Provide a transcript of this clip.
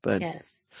Yes